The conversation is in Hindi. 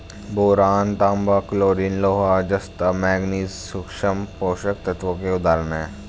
बोरान, तांबा, क्लोरीन, लोहा, जस्ता, मैंगनीज सूक्ष्म पोषक तत्वों के उदाहरण हैं